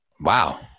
Wow